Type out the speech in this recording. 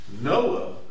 Noah